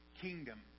kingdom